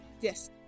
Yes